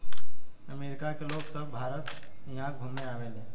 अमरिका के लोग सभ भारत इहा घुमे आवेले